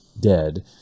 dead